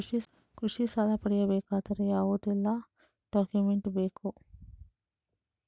ಕೃಷಿ ಸಾಲ ಪಡೆಯಬೇಕಾದರೆ ಯಾವೆಲ್ಲ ಡಾಕ್ಯುಮೆಂಟ್ ಬೇಕು?